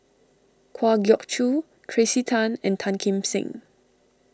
Kwa Geok Choo Tracey Tan and Tan Kim Seng